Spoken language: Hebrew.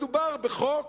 מדובר בחוק